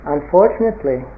Unfortunately